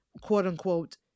quote-unquote